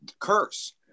curse